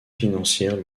financière